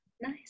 nice